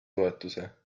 toetuse